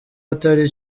atari